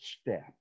step